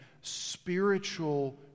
spiritual